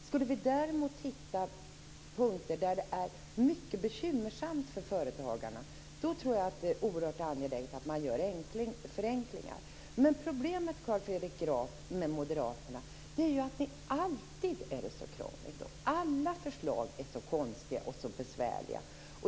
Skulle vi däremot hitta punkter där det är mycket bekymmersamt för företagarna tror jag att det är oerhört angeläget att man gör förenklingar. Men problemet med moderaterna, Carl Fredrik Graf, är ju att det alltid är så krångligt. Alla förslag är så konstiga och så besvärliga.